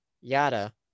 Yada